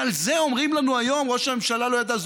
ועל זה אומרים לנו היום: ראש הממשלה לא ידע?